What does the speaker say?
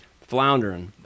Floundering